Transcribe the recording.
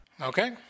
Okay